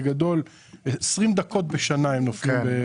בגדול 20 דקות בשנה הם נופלים.